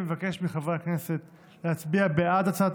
אני מבקש מחברי הכנסת להצביע בעד הצעת